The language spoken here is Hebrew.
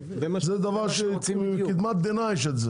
זה דבר שיש אותו מקדמת דנא.